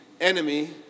enemy